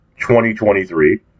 2023